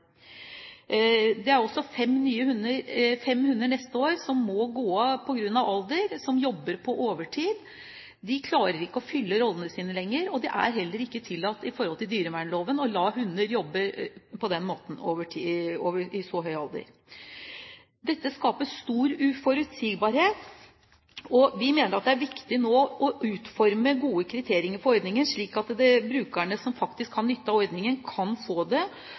Det er også fem hunder neste år som må gå av på grunn av alder, og som jobber på overtid. De klarer ikke å fylle rollene sine lenger, og det er heller ikke tillatt ifølge dyrevernloven å la hunder jobbe på den måten i så høy alder. Dette skaper stor uforutsigbarhet, og vi mener det er viktig nå å utforme gode kriterier for ordningen slik at de brukerne som faktisk har nytte av ordningen, kan få det,